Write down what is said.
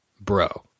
bro